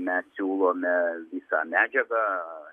mes siūlome visą medžiagą